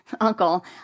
uncle